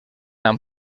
amb